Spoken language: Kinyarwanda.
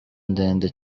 ndende